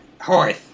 Horse